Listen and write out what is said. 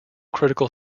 critical